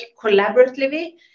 collaboratively